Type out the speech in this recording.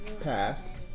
pass